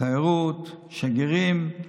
התיירות, שגרירים,